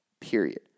period